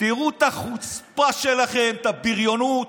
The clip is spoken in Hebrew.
תראו את החוצפה שלכם, את הבריונות.